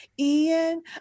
Ian